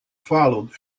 followed